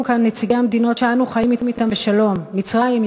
כאן נציגי המדינות שאנו חיים אתן בשלום: מצרים,